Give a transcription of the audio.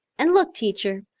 and look, teacher,